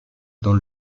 dans